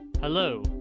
Hello